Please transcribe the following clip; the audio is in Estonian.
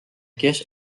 kes